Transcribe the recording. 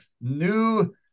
new